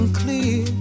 clear